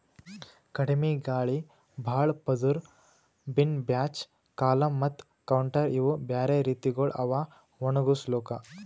ಕಡಿಮಿ ಗಾಳಿ, ಭಾಳ ಪದುರ್, ಬಿನ್ ಬ್ಯಾಚ್, ಕಾಲಮ್ ಮತ್ತ ಕೌಂಟರ್ ಇವು ಬ್ಯಾರೆ ರೀತಿಗೊಳ್ ಅವಾ ಒಣುಗುಸ್ಲುಕ್